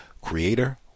creator